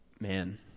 Man